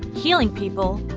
healing people,